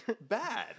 bad